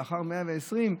לאחר 120,